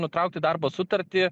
nutraukti darbo sutartį